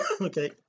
okay